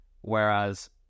whereas